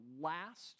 last